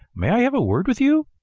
may i have a word with you?